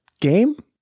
game